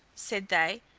said they,